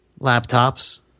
laptops